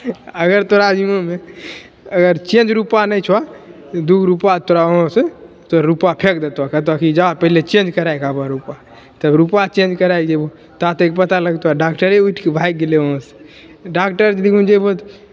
इह अगर तोरा जिम्मामे अगर चेंज रुपा नहि छऽ दुगो रुपा तोरा ओहए से तोहर रुपा फेक देतऽ कहतो की जा पहिले चेंज कराइके आबऽ रुपा तब रुपा चेंज कराइ लए जेबहो ता तक पता लगतो डाक्टरे उठिके भागि गेलै ओहाँ से डाक्टरके जुगुन जैबऽ तऽ